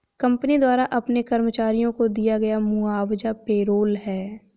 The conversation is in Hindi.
कंपनी द्वारा अपने कर्मचारियों को दिया गया मुआवजा पेरोल है